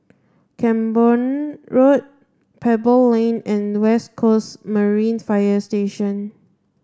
Camborne Road Pebble Lane and West Coast Marine Fire Station